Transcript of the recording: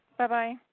Bye-bye